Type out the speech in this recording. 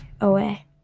away